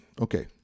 Okay